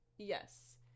yes